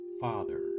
father